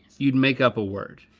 you'd make up a word?